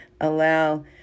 allow